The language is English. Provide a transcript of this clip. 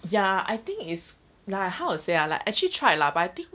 ya I think is like how to say ah like actually tried lah but I think